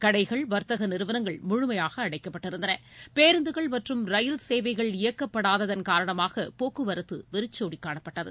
கடைகள் வர்த்தக நிறுவனங்கள் முழுமையாக அடைக்கப்பட்டிருந்தன பேருந்துகள் மற்றும் ரயில் சேவைகள் இயக்கப்படாததன் காரணமாக போக்குவரத்து வெறிச்சோடி காணப்பட்டது